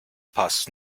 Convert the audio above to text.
pass